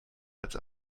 als